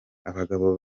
abagabo